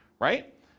right